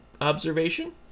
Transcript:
observation